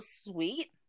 sweet